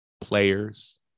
players